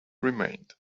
remained